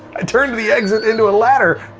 i turned the exit into a ladder!